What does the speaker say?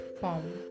form